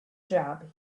job